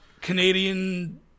Canadian